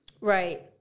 Right